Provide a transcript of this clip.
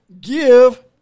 give